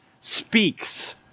speaks